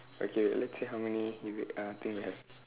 okay let's see how many இது:ithu uh thing we have